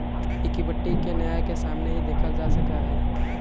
equity के न्याय के सामने ही देखल जा सका हई